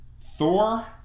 Thor